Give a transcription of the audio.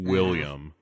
William